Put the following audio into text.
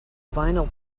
vinyl